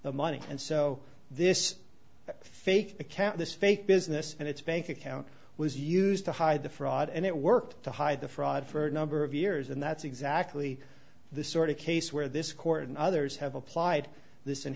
the money and so this fake account this fake business and its bank account was used to hide the fraud and it worked to hide the fraud for a number of years and that's exactly the sort of case where this court and others have applied this